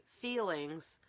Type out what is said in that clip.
feelings